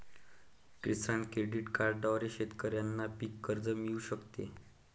किसान credit कार्डद्वारे शेतकऱ्यांना पीक कर्ज मिळू शकते